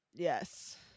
Yes